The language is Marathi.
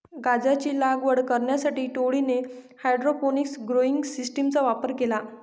गांजाची लागवड करण्यासाठी टोळीने हायड्रोपोनिक्स ग्रोइंग सिस्टीमचा वापर केला